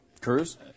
Cruz